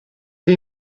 che